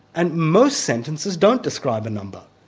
and most sentences don't describe a number,